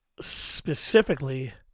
specifically